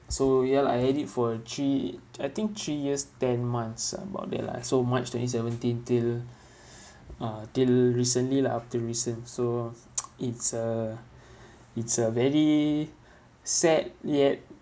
so ya I had it for a three I think three years ten months ah about there lah so march twenty-seventeen till uh till recently lah up till recent so it's a it's a very sad yet